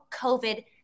covid